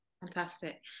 Fantastic